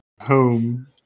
home